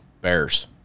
Bears